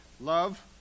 Love